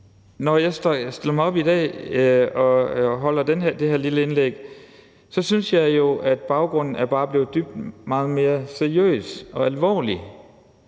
når jeg stiller mig op i dag og holder det her lille indlæg – synes, at baggrunden bare er blevet meget mere seriøs og alvorlig.